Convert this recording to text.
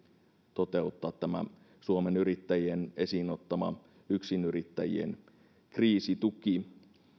toteuttaa tämä suomen yrittäjien esiin ottama yksinyrittäjien kriisituki